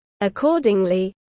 Accordingly